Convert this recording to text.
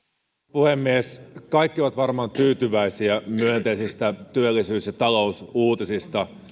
puhemies kaikki ovat varmaan tyytyväisiä myönteisistä työllisyys ja talousuutisista